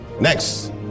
Next